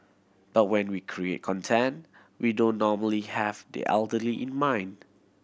but when we create content we don't normally have the elderly in mind